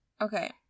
Okay